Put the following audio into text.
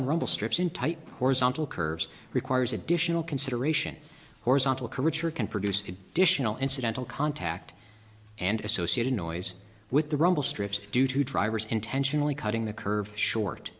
on rumble strips in tight horizontal curves requires additional consideration horizontal caricatured can produce additional incidental contact and associated noise with the rumble strips due to drivers intentionally cutting the curve short